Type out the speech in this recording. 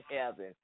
heaven